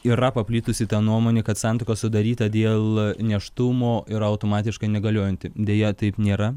yra paplitusi nuomonė kad santuoka sudaryta dėl nėštumo yra automatiškai negaliojanti deja taip nėra